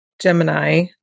Gemini